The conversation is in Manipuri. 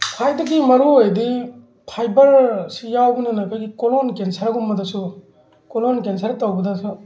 ꯈ꯭ꯋꯥꯏꯗꯒꯤ ꯃꯔꯨꯑꯣꯏꯔꯤꯗꯤ ꯐꯥꯏꯕꯔꯁꯤ ꯌꯥꯎꯕꯅꯤꯅ ꯑꯩꯈꯣꯏꯒꯤ ꯀꯣꯂꯣꯟ ꯀꯦꯟꯁꯔꯒꯨꯝꯕꯗꯁꯨ ꯀꯣꯂꯣꯟ ꯀꯦꯟꯁꯔ ꯇꯧꯕꯗꯁꯨ